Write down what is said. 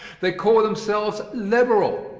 they call themselves liberal,